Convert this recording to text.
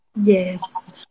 Yes